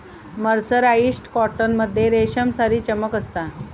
mercerised cotton मध्ये रेशमसारी चमक असता